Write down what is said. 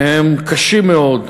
מהם קשים מאוד,